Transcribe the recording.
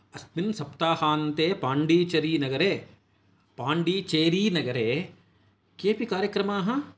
अस्मिन् सप्ताहान्ते पाण्डीचरिनगरे पाण्डीचेरीनगरे केऽपि कार्यक्रमाः